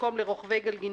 במקום "לרוכבי גלגינוע",